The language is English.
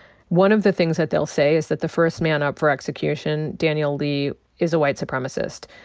one of the things that they'll say is that the first man up for execution, daniel lee, is a white supremacist.